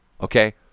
okay